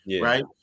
right